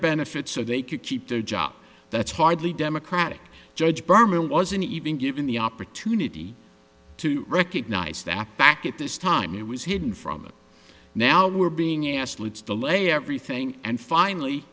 benefits so they could keep their job that's hardly democratic judge berman wasn't even given the opportunity to recognize that back at this time it was hidden from him now we're being asked let's delay everything and finally